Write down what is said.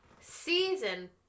Season